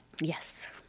Yes